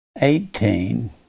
eighteen